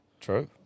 True